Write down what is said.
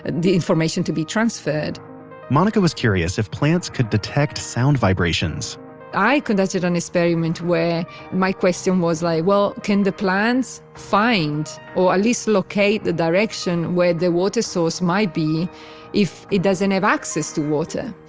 and the information to be transferred monica was curious if plants could detect sound vibrations i conducted an experiment where my question was like, well, can the plants find, or at least locate the direction where the water source might be if it doesn't have access to water,